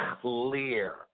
clear